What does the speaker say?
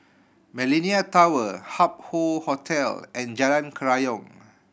Millenia Tower Hup Hoe Hotel and Jalan Kerayong